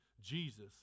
Jesus